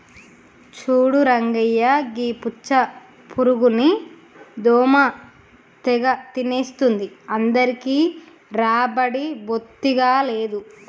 చూడు రంగయ్య గీ పచ్చ పురుగుని దోమ తెగ తినేస్తుంది అందరికీ రాబడి బొత్తిగా లేదు